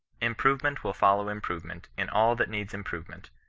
improyement will follow improyement in all that needs improyement,